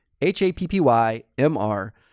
H-A-P-P-Y-M-R